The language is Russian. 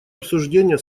обсуждения